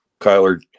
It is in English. Kyler